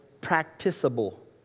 practicable